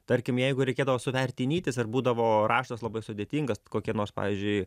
tarkim jeigu reikėdavo suvert į nytis ir būdavo raštas labai sudėtingas kokie nors pavyzdžiui